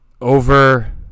over